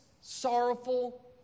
sorrowful